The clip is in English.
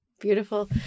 beautiful